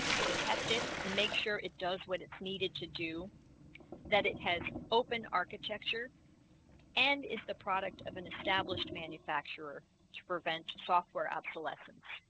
could test it and make sure it does what it's needed to do that. it has open architecture and is the product of an established manufacturer to prevent software obsolescence